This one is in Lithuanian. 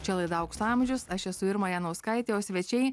čia laida aukso amžiaus aš esu irma janauskaitė o svečiai